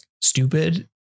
stupid